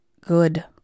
good